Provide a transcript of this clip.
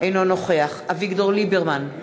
אינו נוכח אביגדור ליברמן,